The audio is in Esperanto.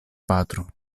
patro